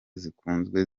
zikunzwe